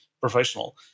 professional